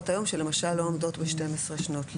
היום שלמשל לא עומדות ב-12 שנות לימוד,